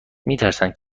میترسند